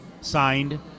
signed